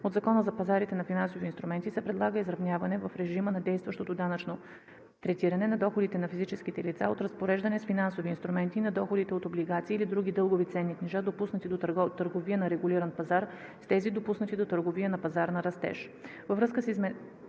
от Закона за пазарите на финансови инструменти се предлага изравняване на режима на действащото данъчно третиране на доходите на физическите лица от разпореждане с финансови инструменти и на доходите от облигации или други дългови ценни книжа, допуснати до търговия на регулиран пазар, с тези, допуснати до търговия на пазар на растеж.